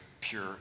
pure